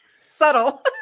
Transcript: subtle